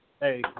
hey